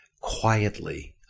quietly